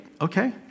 okay